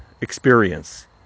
experience